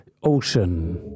Ocean